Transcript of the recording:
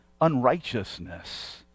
unrighteousness